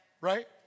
right